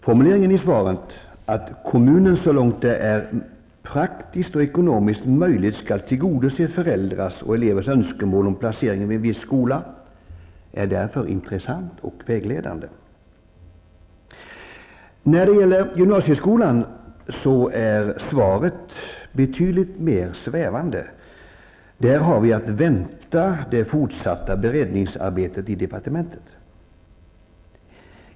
Formuleringen i svaret att ''kommunen så långt det är praktiskt och ekonomiskt möjligt skall tillgodose föräldrars och elevers önskemål om placering vid viss skola'' är därför intressant och vägledande. När det gäller gymnasieskolan är svaret betydligt mer svävande. Där har vi att invänta det fortsatta beredningsarbetet i departementet.